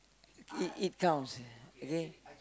it it counts okay